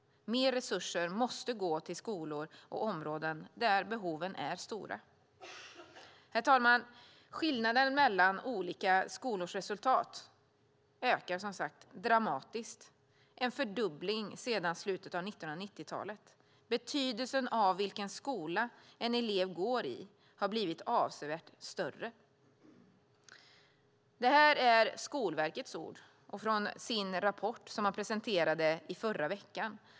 Mer resurser måste gå till skolor och områden där behoven är stora. Herr talman! Skillnaderna mellan olika skolors resultat har ökat dramatiskt - en fördubbling sedan slutet av 1990-talet. Betydelsen av vilken skola en elev går i har blivit avsevärt större. Det här är Skolverkets ord i den rapport man presenterade i förra veckan.